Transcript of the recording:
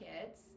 kids